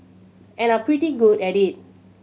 and are pretty good at it